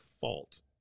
fault